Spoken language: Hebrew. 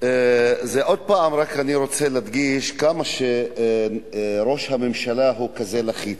עוד פעם אני רוצה להדגיש כמה שראש הממשלה הוא כזה לחיץ.